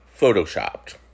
photoshopped